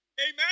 Amen